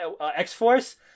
X-Force